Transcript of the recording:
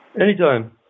Anytime